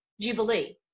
jubilee